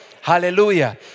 hallelujah